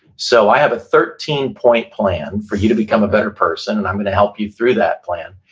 so i have a thirteen point plan for you to become a better person, and i'm going to help you through that plan,